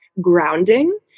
grounding